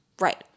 Right